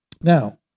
Now